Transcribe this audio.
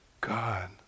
God